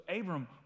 Abram